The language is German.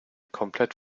komplett